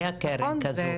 היתה קרן כזאת.